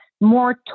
more